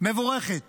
מבורכת